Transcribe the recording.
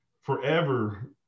forever